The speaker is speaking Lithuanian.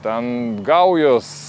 ten gaujos